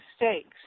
mistakes